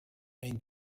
ein